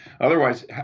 Otherwise